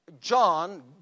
John